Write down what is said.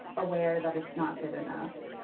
aware that it's not good enough.